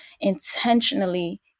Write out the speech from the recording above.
intentionally